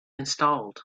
installed